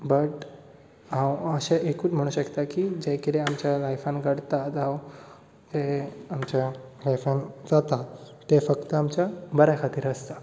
but हांव अशें एकूच म्हणूंक शकतां की जें कितें आमच्या लायफान घडटा जावं हें आमच्या लायफान जाता तें फक्त आमच्या बऱ्या खातीर आसता